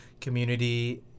community